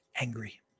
angry